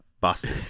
busted